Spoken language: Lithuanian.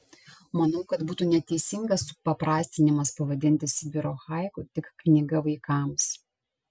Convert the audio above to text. manau kad būtų neteisingas supaprastinimas pavadinti sibiro haiku tik knyga vaikams